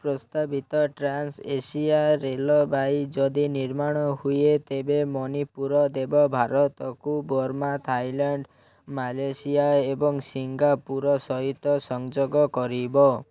ପ୍ରସ୍ତାବିତ trans Asia railway ଯଦି ନିର୍ମାଣ ହୁଏ ତେବେ ମଣିପୁର ଦେବ ଭାରତକୁ ବର୍ମା ଥାଇଲ୍ୟାଣ୍ଡ ମାଲେସିଆ ଏବଂ ସିଙ୍ଗାପୁର ସହିତ ସଂଯୋଗ କରିବ